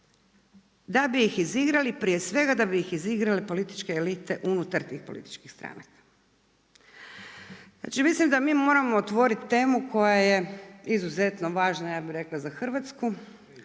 da bi ih izigrali, prije svega da bi izigrali političke elite unutar tih političkih stranaka. Mislim da mi moramo otvoriti temu koja je izuzetno važna, ja bi rekla za Hrvatsku,